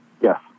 Yes